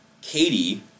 Katie